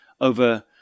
over